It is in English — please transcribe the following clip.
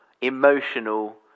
emotional